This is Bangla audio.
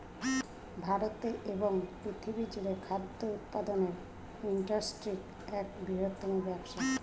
ভারতে এবং পৃথিবী জুড়ে খাদ্য উৎপাদনের ইন্ডাস্ট্রি এক বৃহত্তম ব্যবসা